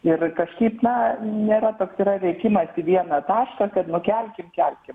ir kažkaip na nėra toks yra rėkimas į vieną tašką kad nu kelkim kelkim